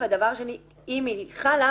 והדבר השני אם היא חלה,